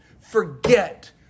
forget